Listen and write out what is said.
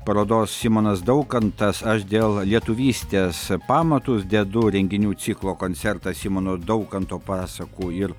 parodos simonas daukantas aš dėl lietuvystės pamatus dedu renginių ciklo koncertas simono daukanto pasakų ir